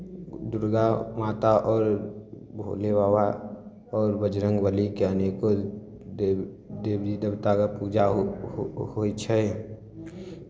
दुर्गा माता आओर भोले बाबा आओर बजरंग बलीके अनेको दे देवी देवताके पूजा हो हो होइ छै